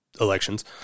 elections